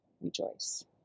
rejoice